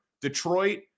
Detroit